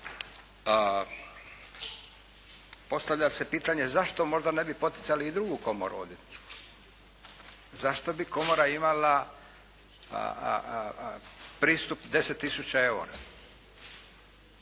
Postavlja se pitanje zašto možda ne bi poticali i drugu komoru odvjetničku. Zašto bi Komora imala pristup 10 tisuća